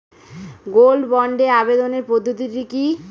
Gold বন্ডে আবেদনের পদ্ধতিটি কি?